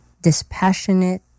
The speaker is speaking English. dispassionate